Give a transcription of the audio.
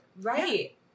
Right